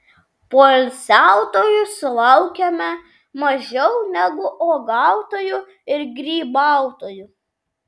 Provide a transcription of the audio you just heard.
poilsiautojų sulaukiame mažiau negu uogautojų ir grybautojų